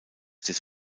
des